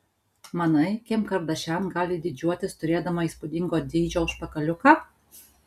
manai kim kardašian gali didžiuotis turėdama įspūdingo dydžio užpakaliuką